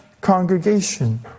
congregation